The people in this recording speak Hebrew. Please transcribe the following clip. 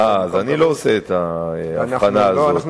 אה, אז אני לא עושה את ההבחנה הזאת.